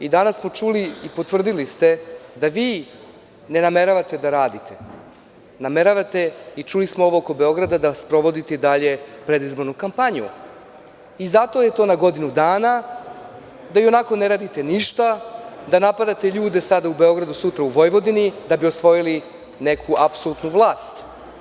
Danas smo čuli i potvrdili ste da vi ne nameravate da radite, nameravate, i čuli smo ovo oko Beograda da sprovodite i dalje predizbornu kampanju, i zato je to na godinu dana, da i onako ne radite ništa, da napadate ljude sada u Beogradu, sutra u Vojvodini da bi osvojili neku apsolutnu vlast.